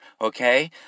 okay